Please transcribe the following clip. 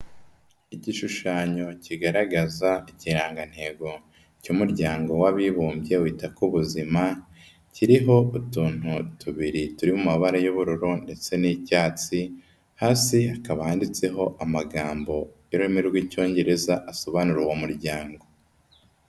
Igishushanyo kigaragaza ikirangantego cy'umuryango w'abibumbye wita ku buzima kiriho utuntu tubiri turi mu mabara y'ubururu ndetse n'icyatsi hasi hakaba handitseho amagambo y'ururimi rw'icyongereza asobanura uwo muryango.